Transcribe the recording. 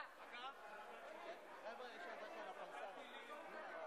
חברות וחברי הכנסת, אנחנו מחדשים את הישיבה.